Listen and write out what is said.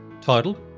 titled